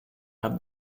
have